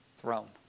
throne